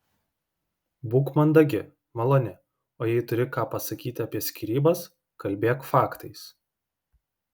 būk mandagi maloni o jei turi ką pasakyti apie skyrybas kalbėk faktais